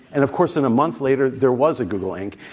and of course, in a month later, there was a google inc.